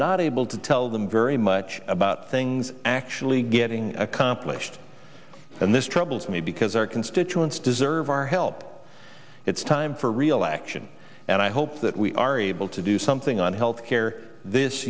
not able to tell them very much about things actually getting accomplished and this troubles me because our constituents deserve our help it's time for real action and i hope that we are able to do something on health care this